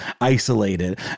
isolated